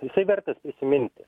jisai vertas prisiminti